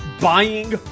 buying